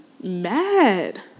mad